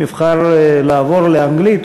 אם יבחר לעבור לאנגלית,